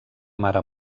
mare